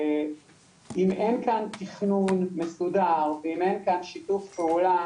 אם אין כאן תכנון מסודר ואם אין כאן שיתוף פעולה,